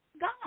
God